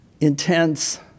intense